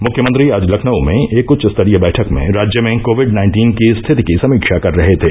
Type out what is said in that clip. मुख्यमंत्री आज लखनऊ में एक उच्चस्तरीय बैठक में राज्य में कोविड नाइन्टीन की स्थिति की समीक्षा कर रहे थे